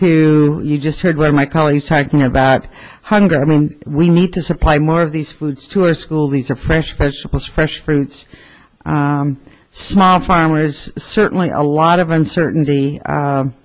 to you just heard one of my colleagues talking about hunger i mean we need to supply more of these foods to a school these are fresh vegetables fresh fruits small farmers certainly a lot of uncertainty